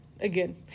Again